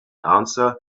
answer